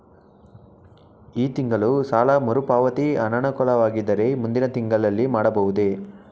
ಈ ತಿಂಗಳು ಸಾಲ ಮರುಪಾವತಿ ಅನಾನುಕೂಲವಾಗಿದ್ದರೆ ಮುಂದಿನ ತಿಂಗಳಲ್ಲಿ ಮಾಡಬಹುದೇ?